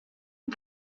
une